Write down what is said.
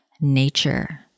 nature